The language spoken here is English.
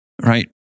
right